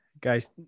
Guys